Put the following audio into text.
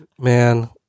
Man